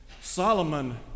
Solomon